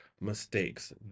mistakes